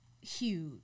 huge